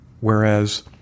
Whereas